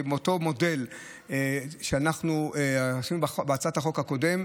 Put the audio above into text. כאותו מודל שעשינו בהצעת החוק הקודמת,